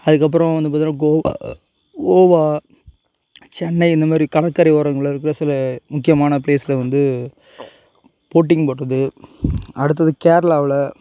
அதுக்கப்பறோம் வந்து பார்த்தோனா கோ கோவா சென்னை இந்த மாரி கடற்கரை ஓரங்களில் இருக்கிற சில முக்கியமான ப்ளேஸில் வந்து போட்டிங் போகறது அடுத்தது கேரளாவில்